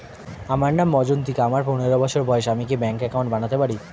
আমার নাম মজ্ঝন্তিকা, আমার পনেরো বছর বয়স, আমি কি ব্যঙ্কে একাউন্ট বানাতে পারি?